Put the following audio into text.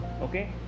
okay